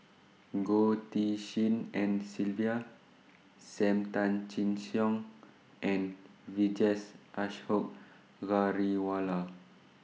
Goh Tshin En Sylvia SAM Tan Chin Siong and Vijesh Ashok Ghariwala